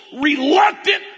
reluctant